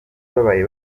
babaye